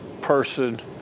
person